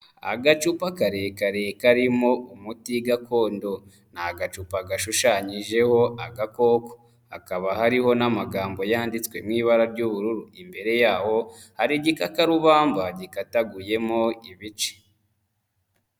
Agacupa karerekare karimo umuti gakondo, ni agacupa gashushanyijeho agakoko, hakaba hariho n'amagambo yanditswe mu ibara ry'ubururu, imbere yaho ari igikakarubamba gikataguyemo ibice.